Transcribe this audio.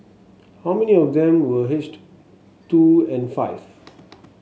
how many of them were aged two and five